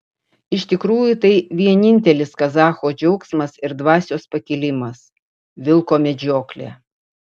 iš tikrųjų tai vienintelis kazacho džiaugsmas ir dvasios pakilimas vilko medžioklė